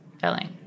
filling